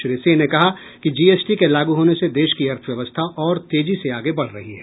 श्री सिंह ने कहा कि जीएसटी के लागू होने से देश की अर्थव्यवस्था और तेजी से आगे बढ़ रही है